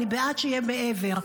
אני בעד שיהיה מעבר,